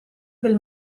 del